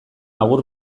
agur